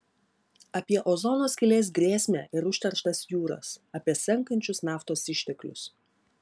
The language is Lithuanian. apie ozono skylės grėsmę ir užterštas jūras apie senkančius naftos išteklius